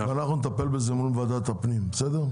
אנחנו נטפל בזה מול ועדת הפנים, בסדר?